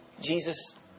Jesus